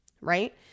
Right